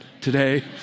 today